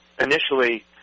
initially